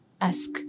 ask